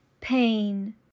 pain